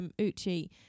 Uchi